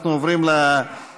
אנחנו עוברים לשאילתה,